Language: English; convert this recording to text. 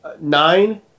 nine